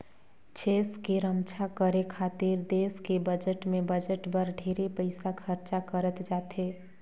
छेस के रम्छा करे खातिर देस के बजट में बजट बर ढेरे पइसा खरचा करत जाथे